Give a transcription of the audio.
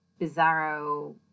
bizarro